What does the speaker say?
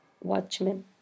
Watchmen